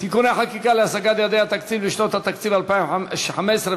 (תיקוני חקיקה להשגת יעדי התקציב לשנות התקציב 2015 ו-2016).